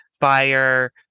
fire